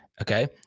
okay